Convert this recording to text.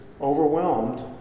overwhelmed